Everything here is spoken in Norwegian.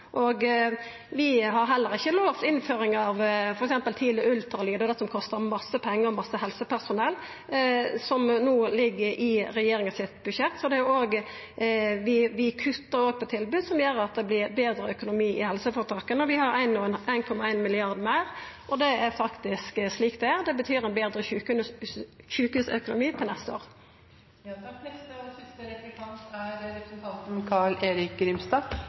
Vi har heller ikkje lovt innføring av f.eks. tidleg ultralyd og det som kostar masse pengar og mykje helsepersonell, som no ligg i budsjettet til regjeringa. Så vi kuttar òg i tilbod, noko som gjer at det vert betre økonomi i helseføretaka. Vi har 1,1 mrd. kr meir, og det er faktisk slik det er. Det betyr ein betre sjukehusøkonomi til neste år.